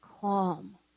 calm